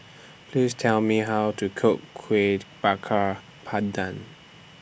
Please Tell Me How to Cook Kueh Bakar Pandan